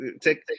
Take